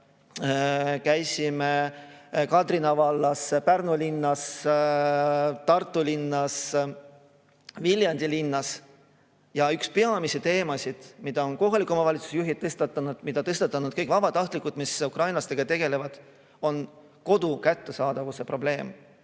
käisime Kadrina vallas, Pärnu linnas, Tartu linnas, Viljandi linnas. Üks peamisi teemasid, mida on kohalike omavalitsuste juhid tõstatanud ja mida on tõstatanud kõik vabatahtlikud, kes ukrainlastega tegelevad, on kodu kättesaadavuse probleem.